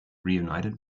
reunited